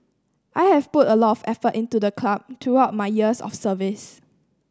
I have put a lot of effort into the club throughout my years of service